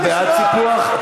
אתה בעד סיפוח?